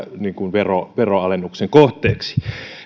veronalennuksen kohteeksi